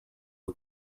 bye